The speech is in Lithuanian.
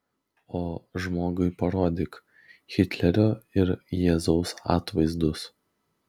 o žmogui parodyk hitlerio ir jėzaus atvaizdus